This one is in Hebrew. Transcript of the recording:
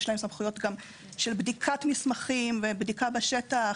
יש להם גם סמכויות של בדיקת מסמכים, בדיקה בשטח